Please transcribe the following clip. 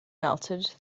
melted